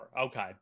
okay